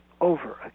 over